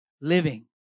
living